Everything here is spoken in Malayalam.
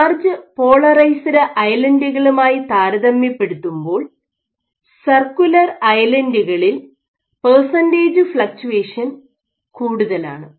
ലാർജ് പോളറൈസ്ഡ് ഐലൻഡ് കളുമായി താരതമ്യപ്പെടുത്തുമ്പോൾ സർക്കുലർ ഐലൻഡ്കളിൽ പെർസെൻ്റെജ് ഫ്ളക്ച്ചുവേഷൻ കൂടുതലാണ്